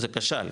זה כשל,